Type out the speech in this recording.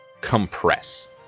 compress